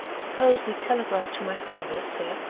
suppose we telegraph to my father, sir?